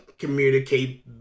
communicate